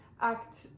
act